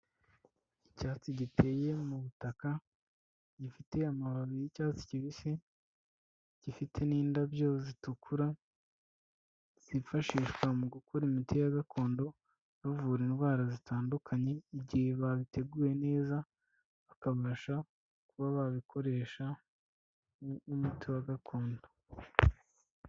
Icyatsi giteye mu butaka gifite amababi y'icyatsi kibisi, gifite n'indabyo zitukura, zifashishwa mu gukora imiti ya gakondo bavura indwara zitandukanye igihe babiteguye neza bakabasha kuba babikoresha nk'umuti wa gakondo.